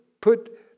put